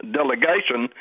delegation